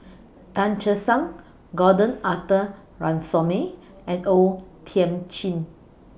Tan Che Sang Gordon Arthur Ransome and O Thiam Chin